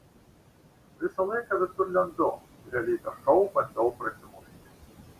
visą laiką visur lendu į realybės šou bandau prasimušti